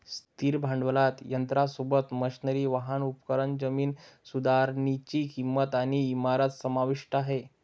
स्थिर भांडवलात यंत्रासोबत, मशनरी, वाहन, उपकरण, जमीन सुधारनीची किंमत आणि इमारत समाविष्ट आहे